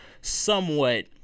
somewhat